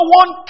one